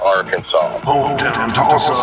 Arkansas